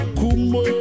kumo